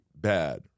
bad